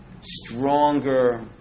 stronger